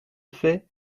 fait